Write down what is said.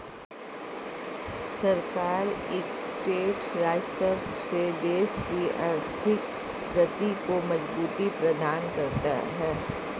सरकार इकट्ठे राजस्व से देश की आर्थिक गति को मजबूती प्रदान करता है